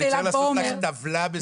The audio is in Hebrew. אני צריך לעשות לך טבלה מסודרת.